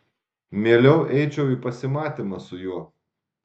mieliau eičiau į pasimatymą su juo